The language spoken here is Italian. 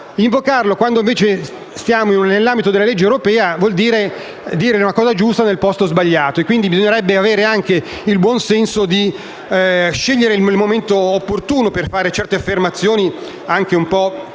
Invocarlo quando siamo nell'ambito della legge europea significa dire una cosa giusta nel posto sbagliato. Quindi, bisognerebbe anche avere il buon senso di scegliere il momento opportuno per fare certe affermazioni anche un po' pirotecniche,